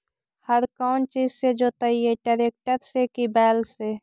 हर कौन चीज से जोतइयै टरेकटर से कि बैल से?